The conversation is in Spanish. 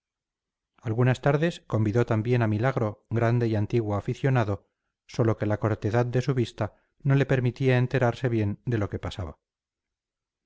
algunas tardes convidó también a milagro grande y antiguo aficionado sólo que la cortedad de su vista no le permitía enterarse bien de lo que pasaba